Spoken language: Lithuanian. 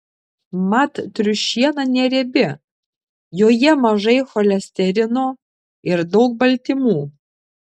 mat triušiena neriebi joje mažai cholesterino ir daug baltymų